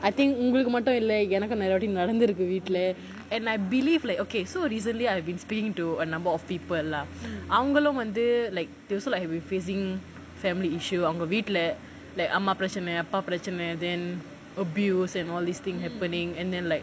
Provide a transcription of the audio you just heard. I think உங்களுக்கு மட்டும் இல்ல எனக்கும் நிறைய வாட்டி நடந்து இருக்கு வீட்டுல:ungaluku mattum illa ennakum niraiya vaati nadanthu iruku veetula and I believe like okay so recently I have been speaking to a number of people lah அவங்களும் வந்து:avangalum vanthu like they also like been facing family issue அவங்க வீட்டுல அம்மா பிரச்னை அப்பா பிரச்னை:avanga veetula amma pirachanai appa pirachanai then abuse and all these happenings and then like